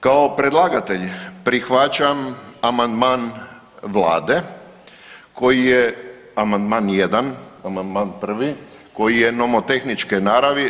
Kao predlagatelj prihvaćam amandman Vlade, koji je amandman 1, amandman 1. koji je nomotehničke naravi.